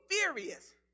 furious